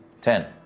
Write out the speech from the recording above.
Ten